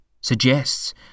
suggests